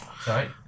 Sorry